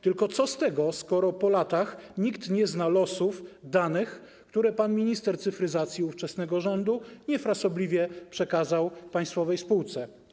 Tylko co z tego, skoro po latach nikt nie zna losów danych, które pan minister cyfryzacji ówczesnego rządu niefrasobliwie i nielegalnie przekazał państwowej spółce?